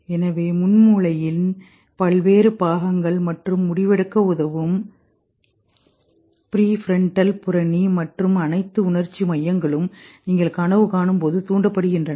எனவே முன்மூளையின் பல்வேறு பாகங்கள் மற்றும் முடிவெடுக்க உதவும் ப்ரீஃபிரன்டல் புறணி மற்றும் அனைத்து உணர்ச்சி மையங்களும் நீங்கள் கனவு காணும் போது தூண்டப்படுகின்றன